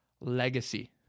legacy